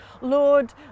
Lord